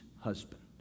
husband